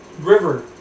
river